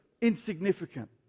insignificant